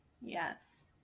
Yes